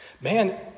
Man